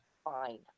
fine